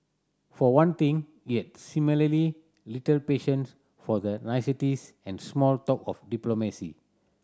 for one thing he had little patience for the niceties and small talk of diplomacy